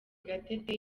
gatete